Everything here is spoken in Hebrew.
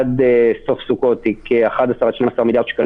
אולי בעצם כל מקום עבודה עד 10 עובדים יכול לעבוד.